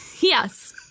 Yes